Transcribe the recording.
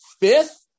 fifth